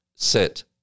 Sit